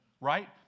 right